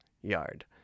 yard